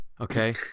okay